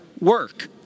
work